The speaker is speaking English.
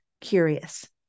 curious